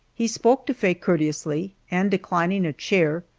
he spoke to faye courteously, and declining a chair,